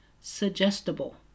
suggestible